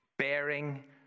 Bearing